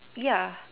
ya